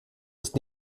ist